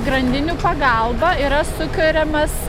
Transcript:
grandinių pagalba yra sukuriamas